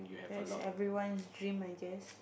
that's everyone's dream I guess